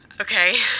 Okay